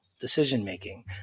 decision-making